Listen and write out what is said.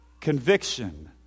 Conviction